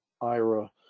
IRA